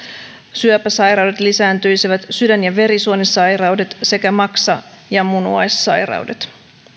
syöpäsairaudet sydän ja verisuonisairaudet sekä maksa ja munuaissairaudet lisääntyisivät